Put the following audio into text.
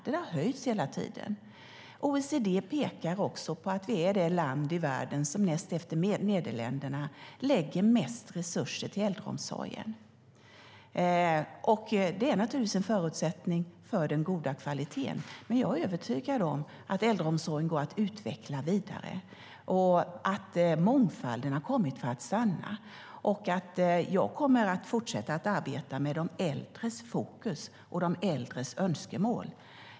Det där höjs hela tiden. OECD pekar också på att Sverige, näst efter Nederländerna, är det land i världen som lägger mest resurser till äldreomsorgen. Det är naturligtvis en förutsättning för den goda kvaliteten. Jag är dock övertygad om att äldreomsorgen går att utveckla vidare och att mångfalden har kommit för att stanna. Jag kommer att fortsätta att arbeta med de äldres fokus och de äldres önskemål.